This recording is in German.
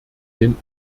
den